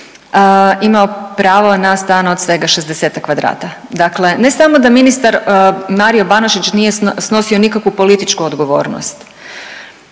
imao pravo na stan od svega 60-tak kvadrata, dakle ne samo da ministar Mario Banožić nije snosio nikakvu političku odgovornost,